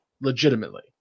legitimately